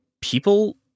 people